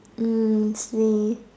hmm sleep